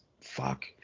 fuck